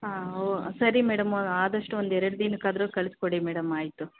ಹಾಂ ಓ ಸರಿ ಮೇಡಮ್ ಆದಷ್ಟು ಒಂದು ಎರಡು ದಿನಕ್ಕಾದರೂ ಕಳ್ಸಿಕೊಡಿ ಮೇಡಮ್ ಆಯಿತು